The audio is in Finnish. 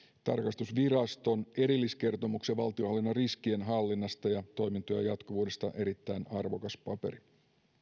tarkastusviraston erilliskertomuksen valtionhallinnon riskienhallinnasta ja toimintojen jatkuvuudesta erittäin arvokas paperi